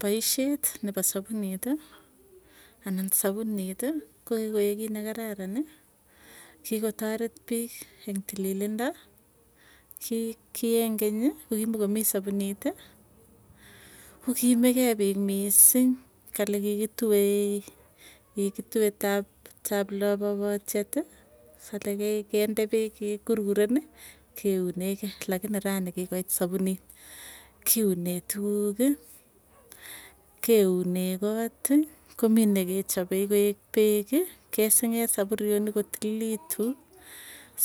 Poisyet nepa sapunit anan sapunit ko kikoek kiit nekararani, kikotaret piik eng tililindo, kii kieng kenyi kokimokomii sapuniiti kokiimikei piik misiing kale kikitue talopotyeti salee kende peek kekurkureni keunekei lakini ranii kikoit sapunit kiunee tuguki, keunee kooti komii nekechape koek peeki, kesing'ee sapuryonik kotililitu.